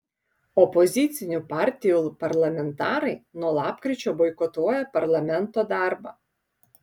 opozicinių partijų parlamentarai nuo lapkričio boikotuoja parlamento darbą